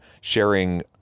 sharing